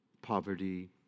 poverty